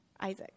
Isaac